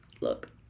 look